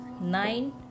nine